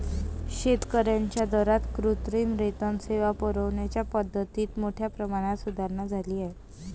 शेतकर्यांच्या दारात कृत्रिम रेतन सेवा पुरविण्याच्या पद्धतीत मोठ्या प्रमाणात सुधारणा झाली आहे